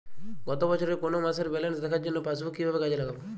গত বছরের কোনো মাসের ব্যালেন্স দেখার জন্য পাসবুক কীভাবে কাজে লাগাব?